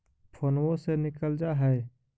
फोनवो से निकल जा है?